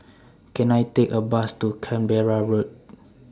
Can I Take A Bus to Canberra Road